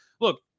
Look